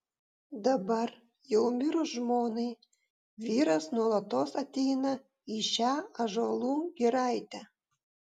dabar jau mirus žmonai vyras nuolatos ateina į šią ąžuolų giraitę